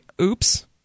oops